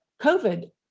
COVID